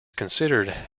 considered